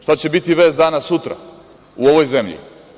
Šta će biti vest danas, sutra u ovoj zemlji?